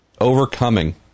overcoming